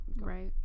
right